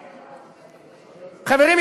חברים,